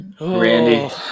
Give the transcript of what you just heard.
Randy